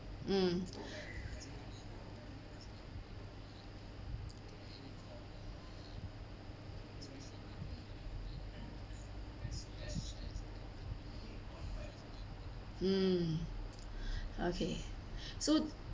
mm mm okay so